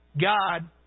God